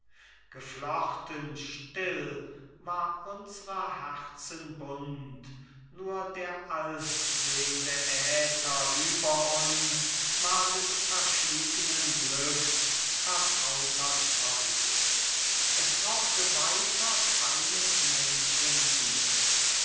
geflochten still war unsrer herzen bund nur der allsehnde äther über uns war des verschwiegnen glücks vertrauter zeuge es brauchte weiter keines